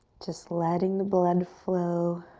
just letting the blood flow,